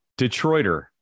Detroiter